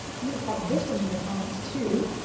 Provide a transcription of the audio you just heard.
i'm gonna pop this one in your comments too.